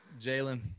Jalen